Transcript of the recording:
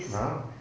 ya